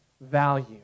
value